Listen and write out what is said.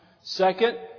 Second